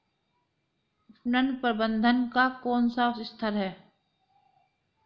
विपणन प्रबंधन का कौन सा स्तर है?